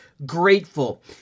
grateful